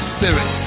Spirit